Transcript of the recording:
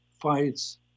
fights